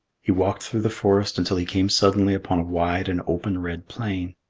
he walked through the forest until he came suddenly upon a wide and open red plain.